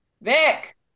Vic